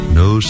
no